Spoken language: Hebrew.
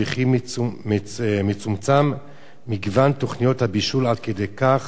וכי מצומצם מגוון תוכניות הבישול עד כדי כך